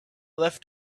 left